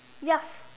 ya